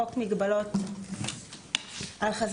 תיקון סעיף 2 1. בחוק מגבלות על חזרתו